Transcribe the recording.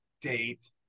date